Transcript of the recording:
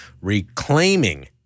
reclaiming